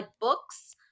books